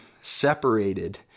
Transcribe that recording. separated